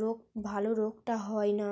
রোগ ভালো রোগটা হয় না